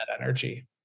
energy